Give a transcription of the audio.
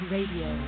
Radio